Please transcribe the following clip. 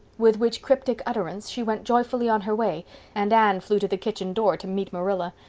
with which cryptic utterance she went joyfully on her way and anne flew to the kitchen door to meet marilla.